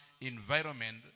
environment